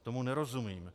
Tomu nerozumím.